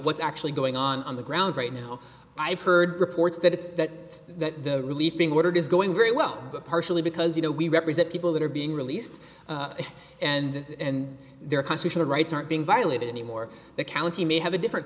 what's actually going on on the ground right now i've heard reports that it's that that the relief being ordered is going very well partially because you know we represent people that are being released and their constitutional rights aren't being violated anymore that county may have a different